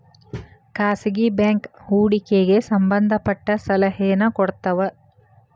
ಖಾಸಗಿ ಬ್ಯಾಂಕ್ ಹೂಡಿಕೆಗೆ ಸಂಬಂಧ ಪಟ್ಟ ಸಲಹೆನ ಕೊಡ್ತವ